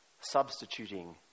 substituting